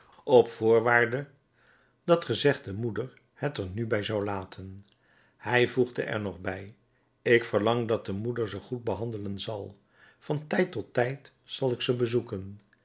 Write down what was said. op voorwaarde dat gezegde moeder het er nu bij zou laten hij voegde er nog bij ik verlang dat de moeder ze goed behandelen zal van tijd tot tijd zal ik ze bezoeken